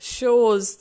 shows